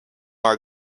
are